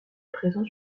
présent